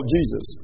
Jesus